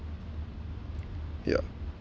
yeah